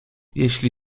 jeśli